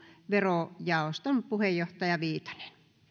verojaoston puheenjohtaja viitanen